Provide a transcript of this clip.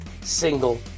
single